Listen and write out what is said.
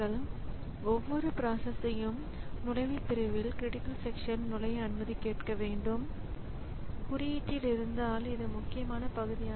எனவே ஒவ்வொரு டிவைஸும் ஸிபியு டேட்டாவை பிரதான நினைவகத்திலிருந்து லோக்கல் பஃபருக்கு நகர்த்தும் இந்த விஷயத்தை நாம் பெற்றுள்ளோம்